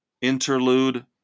interlude